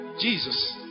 Jesus